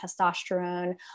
testosterone